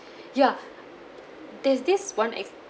ya there's this one